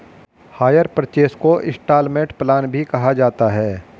higher purchase को instalment plan भी कहा जाता है